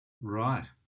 Right